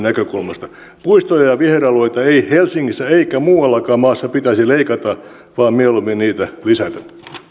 näkökulmasta puistoja ja viheralueita ei helsingissä eikä muuallakaan maassa pitäisi leikata vaan mieluummin niitä lisätä